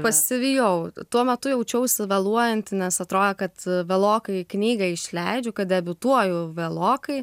pasivijau tuo metu jaučiausi vėluojanti nes atrodė kad vėlokai knygą išleidžiu kad debiutuoju vėlokai